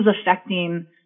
affecting